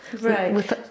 Right